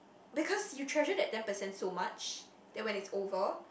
because you treasure that ten percent so much then when it's over